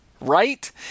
Right